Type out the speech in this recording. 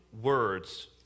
words